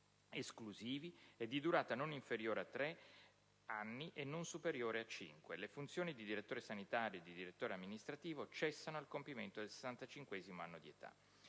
Le funzioni di direttore sanitario e di direttore amministrativo cessano al compimento del sessantacinquesimo anno di età»;